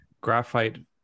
graphite